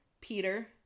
Peter